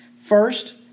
First